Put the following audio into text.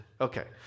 Okay